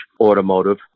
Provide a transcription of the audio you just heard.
automotive